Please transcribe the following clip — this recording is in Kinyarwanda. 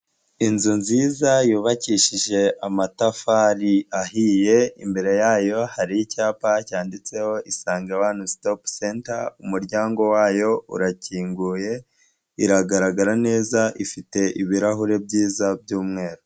Inzu nziza yubakishije amatafari ahiye, imbere yayo hari icyapa cyanditseho Isange wani sitopu senta, umuryango wayo urakinguye iragaragara neza ifite ibirahure byiza by'umweru.